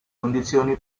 condizioni